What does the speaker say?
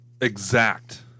exact